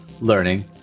learning